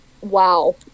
wow